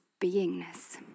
beingness